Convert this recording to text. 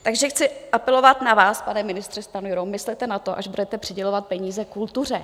Takže chci apelovat na vás, pane ministře Stanjuro, myslete na to, až budete přidělovat peníze kultuře.